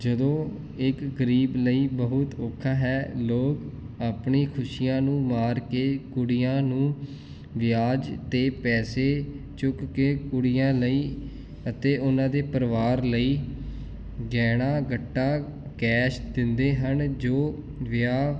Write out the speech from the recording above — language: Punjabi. ਜਦੋਂ ਇੱਕ ਗਰੀਬ ਲਈ ਬਹੁਤ ਔਖਾ ਹੈ ਲੋਕ ਆਪਣੀ ਖੁਸ਼ੀਆਂ ਨੂੰ ਮਾਰ ਕੇ ਕੁੜੀਆਂ ਨੂੰ ਵਿਆਜ 'ਤੇ ਪੈਸੇ ਚੁੱਕ ਕੇ ਕੁੜੀਆਂ ਲਈ ਅਤੇ ਉਹਨਾਂ ਦੇ ਪਰਿਵਾਰ ਲਈ ਗਹਿਣਾ ਗੱਟਾ ਕੈਸ਼ ਦਿੰਦੇ ਹਨ ਜੋ ਵਿਆਹ